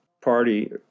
Party